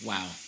Wow